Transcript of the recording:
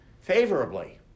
favorably